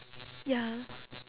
ya